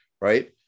right